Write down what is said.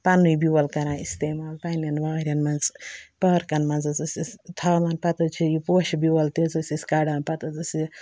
پنٛنُے بیول کَران استعمال پنٛںٮ۪ن وارٮ۪ن منٛز پارکَن منٛز حظ ٲسۍ أسۍ تھاوان پَتہٕ حظ چھِ یہِ پوشہِ بیول تہِ حظ ٲسۍ أسۍ کَڑان پَتہٕ حظ ٲسۍ یہِ